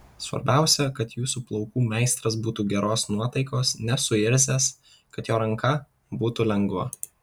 svarbiausia kad jūsų plaukų meistras būtų geros nuotaikos nesuirzęs kad jo ranka būtų lengva